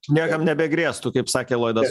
niekam nebegrėstų kaip sakė loidas